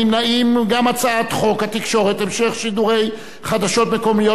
אנחנו עוברים להצעת חוק התקשורת (המשך שידורי חדשות מקומיות